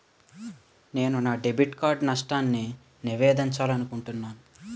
నేను నా debit card నష్టాన్ని నివేదించాలనుకుంటున్నాను